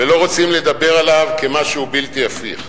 ולא רוצים לדבר עליו כמשהו בלתי הפיך.